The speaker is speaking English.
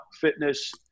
fitness